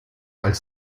als